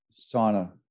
sauna